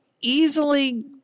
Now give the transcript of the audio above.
easily